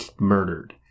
murdered